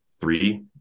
three